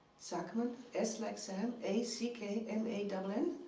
sackmann, s like sam, a c k m a n